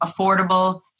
affordable